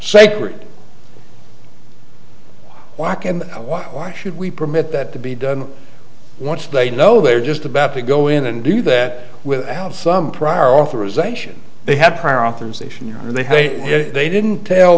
sacred walk and why why should we permit that to be done once they know they are just about to go in and do that without some prior authorization they had prior authorization or are they hey they didn't tell